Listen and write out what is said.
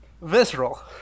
visceral